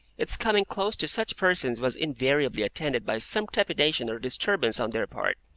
its coming close to such persons was invariably attended by some trepidation or disturbance on their part.